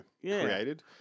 created